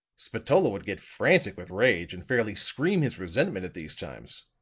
spatola would get frantic with rage, and fairly scream his resentment at these times.